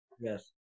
Yes